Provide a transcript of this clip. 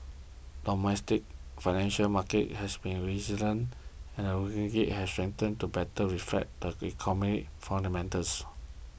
domestic financial market has been resilient and the ringgit has strengthened to better reflect the economic fundamentals